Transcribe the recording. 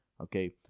Okay